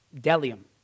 delium